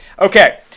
Okay